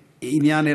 כעניין,